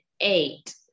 eight